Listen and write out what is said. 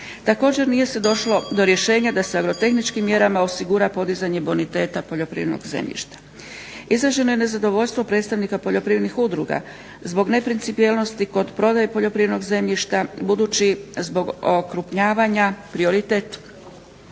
Također nije se došlo do rješenja da se agrotehničkim mjerama osigura podizanje boniteta poljoprivrednog zemljišta. Izraženo je nezadovoljstvo predstavnika poljoprivrednih udruga zbog neprincipijelnosti kod prodaje poljoprivrednog zemljišta budući zbog okrupnjavanja prioritet